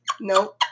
no